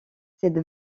cette